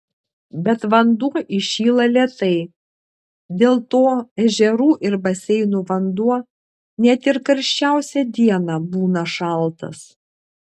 bet vanduo įšyla lėtai dėl to ežerų ir baseinų vanduo net ir karščiausią dieną būna šaltas